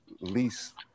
least